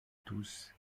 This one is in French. tous